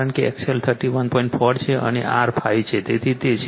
4 છે અને R 5 છે તેથી તે 6